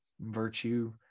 virtue